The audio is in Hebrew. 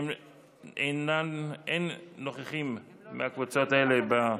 אין נוכחים מהקבוצות האלה,